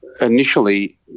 initially